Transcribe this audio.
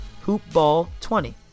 hoopball20